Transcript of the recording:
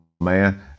man